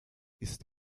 ist